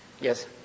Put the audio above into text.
Yes